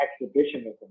exhibitionism